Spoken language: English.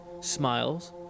smiles